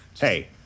Hey